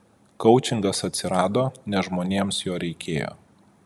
koučingas atsirado nes žmonėms jo reikėjo